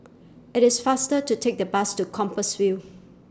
IT IS faster to Take The Bus to Compassvale